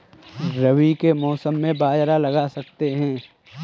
रवि के मौसम में बाजरा लगा सकते हैं?